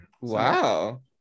wow